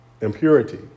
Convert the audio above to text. impurity